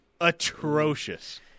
Atrocious